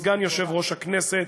סגן יושב-ראש הכנסת,